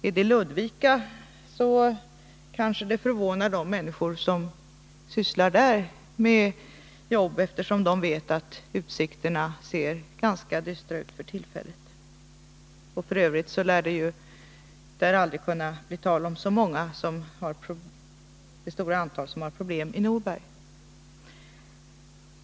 Är det Ludvika så kanske det förvånar de människor som arbetar där, eftersom de vet att utsikterna ser ganska dystra ut för tillfället. F. ö. lär det där aldrig bli tal om så många som det stora antal som har problem i Norberg.